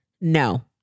No